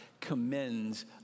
commends